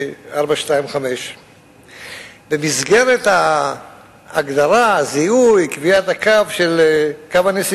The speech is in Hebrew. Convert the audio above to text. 425. במסגרת ההגדרה, הזיהוי, קביעת קו הנסיגה,